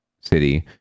city